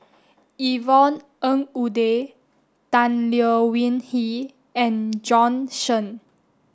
Yvonne Ng Uhde Tan Leo Wee Hin and Shen